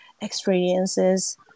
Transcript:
experiences